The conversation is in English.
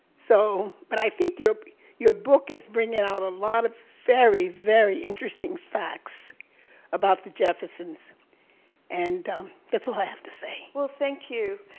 so but i think your but your book is bringing out a lot of very, very interesting facts about the jeffersons and that's all i have to say well, thank you.